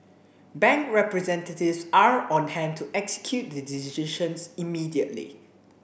bank representatives are on hand to execute the decisions immediately